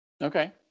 Okay